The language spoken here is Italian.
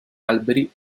alberi